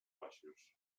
baixos